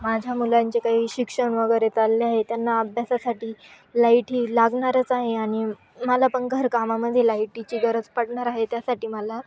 माझ्या मुलांचे काही शिक्षण वगैरे चालले आहे त्यांना अभ्यासासाठी लाईट ही लागणारच आहे आणि मला पण घरकामामध्ये लाईटीची गरज पडणार आहे त्यासाठी मला